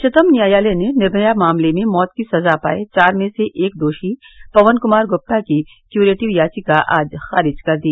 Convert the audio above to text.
उच्चतम न्यायालय ने निर्मया मामले में मौत की सजा पाए चार में से एक दोषी पवन कुमार गुप्ता की क्यूरेटिव याचिका आज खारिज कर दी